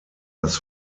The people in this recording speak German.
das